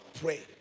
Pray